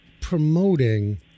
promoting